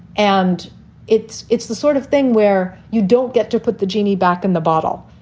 and it's it's the sort of thing where you don't get to put the genie back in the bottle,